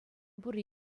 пурри